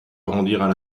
rendirent